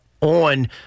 on